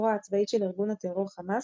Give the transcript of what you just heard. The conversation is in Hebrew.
הזרוע הצבאית של ארגון הטרור חמאס